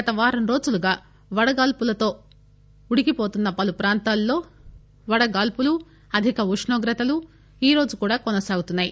గత వారంరోజులుగా వడగాడ్సులతో ఉడికిపోతున్న పలు ప్రాంతాల్లో వడగాడ్సులు అధిక ఉష్ణోగ్రతలు ఈరోజు కూడా కొనసాగుతున్నాయి